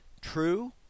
true